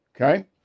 Okay